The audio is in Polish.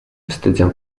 wstydzę